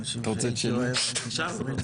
אתה